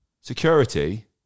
Security